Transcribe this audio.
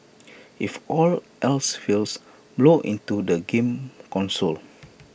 if all else fails blow into the game console